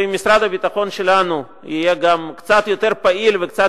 ואם משרד הביטחון שלנו יהיה גם קצת יותר פעיל וקצת